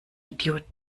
idiot